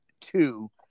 two